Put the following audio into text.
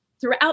throughout